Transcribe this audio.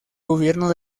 gobierno